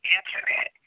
Internet